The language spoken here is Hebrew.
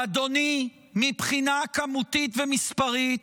אדוני, מבחינה כמותית ומספרית,